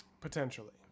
Potentially